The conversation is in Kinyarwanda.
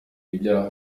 ibyaha